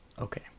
okay